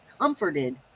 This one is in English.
comforted